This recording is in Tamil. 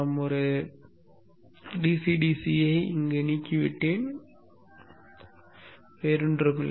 நான் டிசி டிசியை clear செய்துவிட்டேன் அதில் வேறொன்றுமில்லை